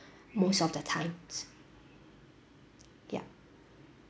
most of the times yup